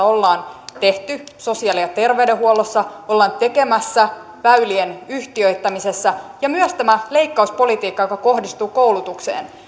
ollaan tehty sosiaali ja terveydenhuollossa ollaan tekemässä väylien yhtiöittämisessä ja myös tämä leikkauspolitiikka joka kohdistuu koulutukseen